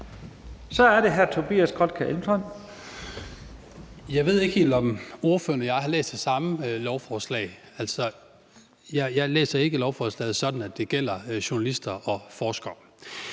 Kl. 15:51 Tobias Grotkjær Elmstrøm (M): Jeg ved ikke helt, om ordføreren og jeg har læst det samme lovforslag; altså, jeg læser ikke lovforslaget sådan, at det gælder journalister og forskere.